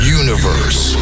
universe